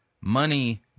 money